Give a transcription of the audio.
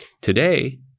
today